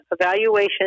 evaluation